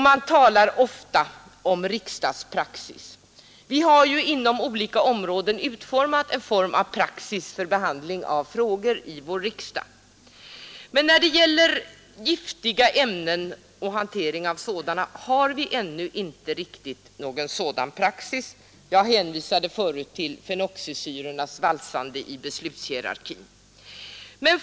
Man talar ofta om riksdagspraxis. Vi har inom olika områden utformat ett slags praxis för behandling av frågor i vår riksdag. Men när det gäller hantering av giftiga ämnen har vi ännu inte någon riktig praxis. Jag hänvisade tidigare till fenoxisyrornas valsande i beslutshierarkin.